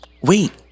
Wait